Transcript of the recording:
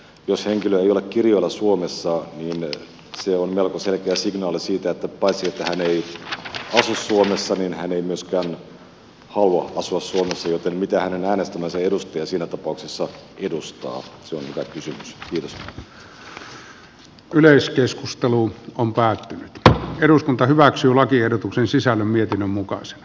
jos henkilö ei ole kirjoilla suomessa niin se on melko selkeä signaali siitä että paitsi että hän ei asu suomessa niin hän ei myöskään halua asua suomessa joten mitä hänen äänestämänsä edustaja siinä tapauksessa edustaa se on päättänyt että eduskunta hyväksyy lakiehdotuksen sisällön mietinnön hyvä kysymys